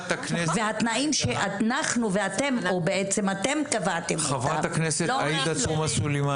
והתנאי שאתם קבעתם אותם --- חברת הכנסת עאידה תומא סלימאן,